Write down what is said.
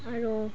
আৰু